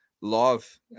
love